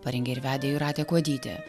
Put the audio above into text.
parengė ir vedė jūratė kuodytė